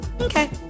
okay